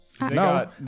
No